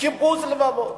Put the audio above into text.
קיבוץ לבבות.